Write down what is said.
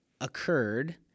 occurred